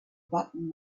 button